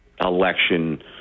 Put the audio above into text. election